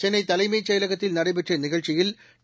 சென்னை தலைமைச்செயலகத்தில் நடைபெற்ற நிகழ்ச்சியில் டி